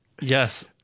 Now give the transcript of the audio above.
Yes